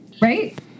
right